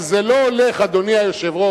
אבל זה לא הולך, אדוני היושב-ראש,